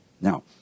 Now